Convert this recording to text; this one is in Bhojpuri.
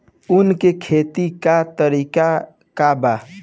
उख के खेती का तरीका का बा?